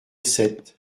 sept